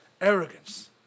Arrogance